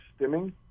stimming